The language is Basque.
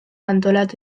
antolatu